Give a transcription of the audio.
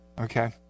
okay